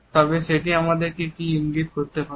তবে সেটি আমাদের কি ইঙ্গিত করতে পারে